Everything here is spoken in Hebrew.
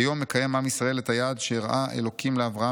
"היום מקיים עם ישראל את היעד שהראה אלוקים לאברהם